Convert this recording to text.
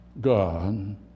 God